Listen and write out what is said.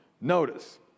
notice